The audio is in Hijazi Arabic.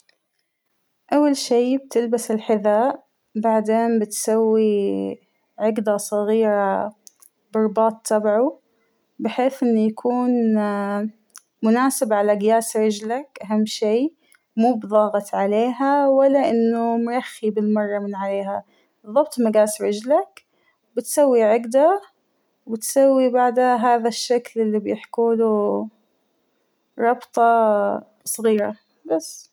أول شى بتلبس الحذاء ، بعدين بتسوى عقدة صغيرة بالرباط تبعوا ،بحيث إنه يكون مناسب على قياس رجلك أهم شى موبضاغط عليها أو إنه مرخى بالمرة من عليها ، ظبط مقاس رجلك وتسوى عقدة ، وتسوى بعدها هذا الشكل اللى بيحكوله ربطة صغيرة بس.